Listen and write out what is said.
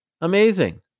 Amazing